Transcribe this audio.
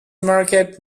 market